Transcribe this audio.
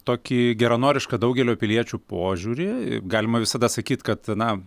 tokį geranorišką daugelio piliečių požiūrį galima visada sakyt kad ana